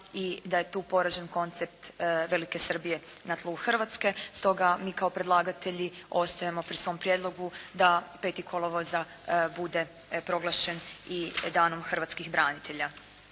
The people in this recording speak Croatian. i da je tu poražen koncept velike Srbije na tlu Hrvatske. Stoga mi kao predlagatelji ostajemo pri svom prijedlogu da 5. kolovoza bude proglašen i Danom hrvatskih branitelja.